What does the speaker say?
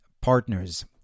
partners